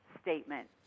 statement